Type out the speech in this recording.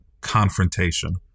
confrontation